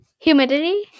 Humidity